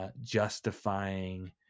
justifying